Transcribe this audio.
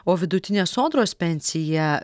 o vidutinė sodros pensija